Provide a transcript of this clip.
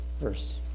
verse